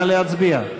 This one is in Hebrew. נא להצביע.